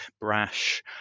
brash